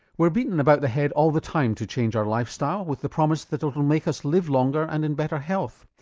we're beaten about the head all the time to change our lifestyle with the promise that it'll it'll make us live longer and in better health.